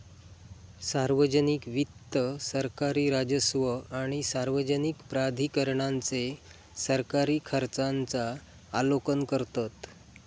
सार्वजनिक वित्त सरकारी राजस्व आणि सार्वजनिक प्राधिकरणांचे सरकारी खर्चांचा आलोकन करतत